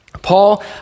Paul